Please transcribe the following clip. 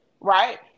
right